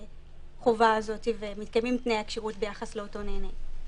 החובה הזאת ומתקיימים תנאי הכשירות ביחס לאותו נהנה.